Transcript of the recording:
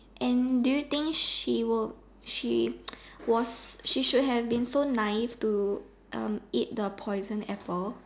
and do you think she will she was she should have been so naive to um eat the poison apple